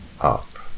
up